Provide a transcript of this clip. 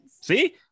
see